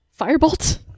Firebolt